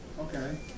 Okay